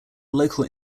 local